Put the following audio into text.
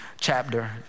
chapter